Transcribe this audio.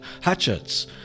hatchets